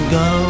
go